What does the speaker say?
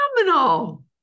phenomenal